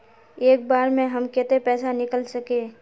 एक बार में हम केते पैसा निकल सके?